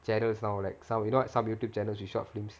channels now like some you know some YouTube channels with short films